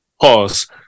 Pause